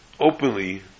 openly